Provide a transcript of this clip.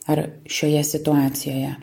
ar šioje situacijoje